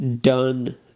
done